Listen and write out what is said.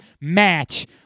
match